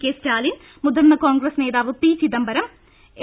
K Stalin മുതിർന്ന കോൺഗ്രസ് നേതാവ് P Chidambaram M